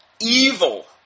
evil